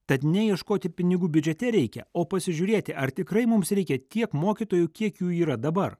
tad ne ieškoti pinigų biudžete reikia o pasižiūrėti ar tikrai mums reikia tiek mokytojų kiek jų yra dabar